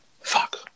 fuck